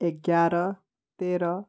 ग्यारह तेरह